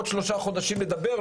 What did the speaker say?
עוד שלושה חודשים נדבר.